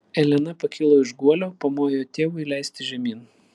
elena pakilo iš guolio pamojo tėvui leistis žemyn